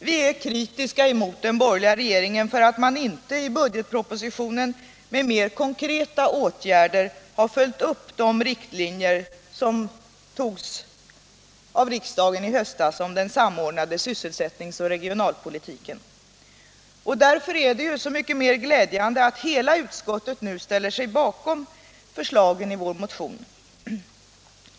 Vi är kritiska mot den borgerliga regeringen därför att den inte i budgetpropositionen med mer konkreta åtgärder har följt upp de riktlinjer som antogs av riksdagen i höstas om den samordnade sysselsättnings och regionalpolitiken. Därför är det så mycket mer glädjande att hela utskottet nu ställer sig bakom förslagen i vår motion.